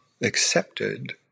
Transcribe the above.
accepted